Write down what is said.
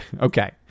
Okay